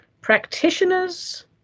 Practitioners